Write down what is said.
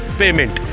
payment